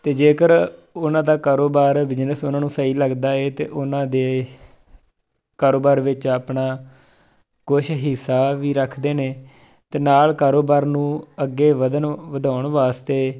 ਅਤੇ ਜੇਕਰ ਉਹਨਾਂ ਦਾ ਕਾਰੋਬਾਰ ਬਿਜ਼ਨਸ ਉਹਨਾਂ ਨੂੰ ਸਹੀ ਲੱਗਦਾ ਹੈ ਤਾਂ ਉਹਨਾਂ ਦੇ ਕਾਰੋਬਾਰ ਵਿੱਚ ਆਪਣਾ ਕੁਛ ਹਿੱਸਾ ਵੀ ਰੱਖਦੇ ਨੇ ਅਤੇ ਨਾਲ ਕਾਰੋਬਾਰ ਨੂੰ ਅੱਗੇ ਵਧਣ ਵਧਾਉਣ ਵਾਸਤੇ